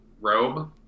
robe